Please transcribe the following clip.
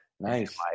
Nice